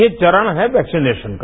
ये चरण है वैक्सीनेशन का